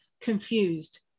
confused